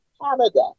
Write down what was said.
Canada